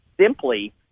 simply